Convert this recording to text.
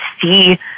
see